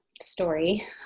story